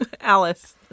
Alice